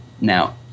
now